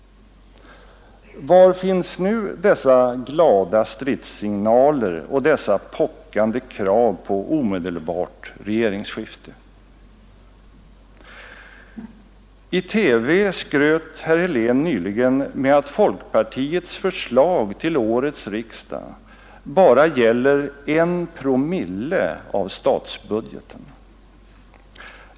Var finns nu dessa glada stridssignaler och dessa pockande krav på omedelbart regeringsskifte? I TV skröt herr Helén nyligen med att folkpartiets förslag till årets riksdag bara gäller 1 promille av statsbudgeten.